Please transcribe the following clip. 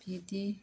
बिदि